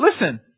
listen